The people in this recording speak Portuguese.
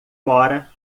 mora